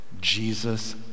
Jesus